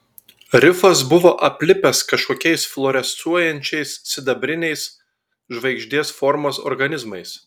rifas buvo aplipęs kažkokiais fluorescuojančiais sidabriniais žvaigždės formos organizmais